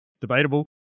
debatable